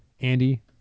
Andy